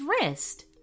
wrist